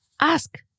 ask